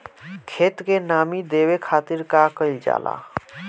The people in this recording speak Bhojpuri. खेत के नामी देवे खातिर का कइल जाला?